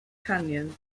canyon